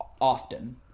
often